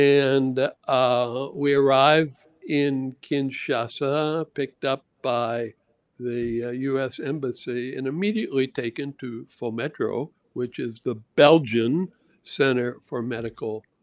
and ah we arrive in kinshasa, picked up by the us embassy. and immediately taken to fometro, which is the belgian center for medical